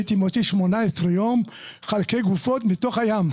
הייתי מוציא במשך 18 יום חלקי גופות מתוך הים.